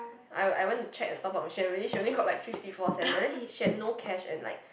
I I went to check the top up machine and really she only got like fifty four cents and then he she got no cash and like